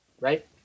right